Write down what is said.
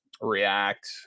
React